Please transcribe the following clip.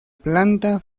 planta